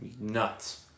Nuts